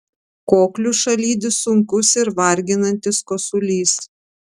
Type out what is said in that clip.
kokliušą lydi sunkus ir varginantis kosulys